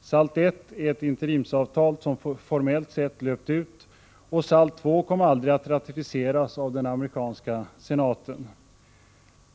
SALT 1 är ett interimsavtal som formellt sett löpt ut, och SALT 2 kom aldrig att ratificeras av den amerikanska senaten.